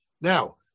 Now